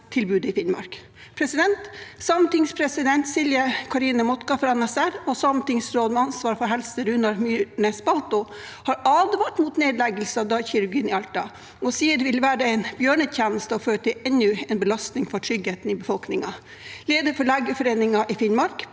pasienttilbudet i Finnmark. Sametingspresident Silje Karine Muotka fra NSR og sametingsråd med ansvar for helse, Runar Myrnes Balto, har advart mot nedleggelse av dagkirurgien i Alta og sier det vil være en bjørnetjeneste og føre til enda en belastning for tryggheten i befolkningen. Leder for legeforeningen i Finnmark,